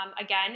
again